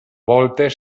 voltes